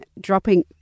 dropping